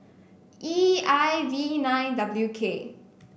E I V nine W K